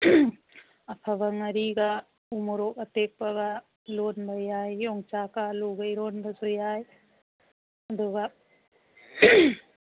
ꯑꯐꯕ ꯉꯥꯔꯤꯒ ꯎ ꯃꯣꯔꯣꯛ ꯑꯇꯦꯛꯄꯒ ꯂꯣꯟꯕ ꯌꯥꯝ ꯌꯣꯡꯆꯥꯛꯀ ꯑꯥꯜꯂꯨꯒ ꯏꯔꯣꯟꯕꯁꯨ ꯌꯥꯏ ꯑꯗꯨꯒ